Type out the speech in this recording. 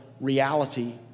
Reality